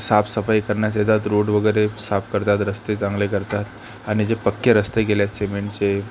साफसफाई करण्यास येतात रोड वगैरे साफ करतात रस्ते चांगले करतात आणि जे पक्के रस्ते केले आहेत सिमेंटचे